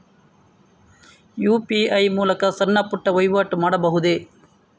UPI ಮೂಲಕ ಸಣ್ಣ ಪುಟ್ಟ ವಹಿವಾಟು ಮಾಡಬಹುದೇ?